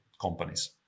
companies